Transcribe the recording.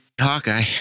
Hawkeye